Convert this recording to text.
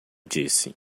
disse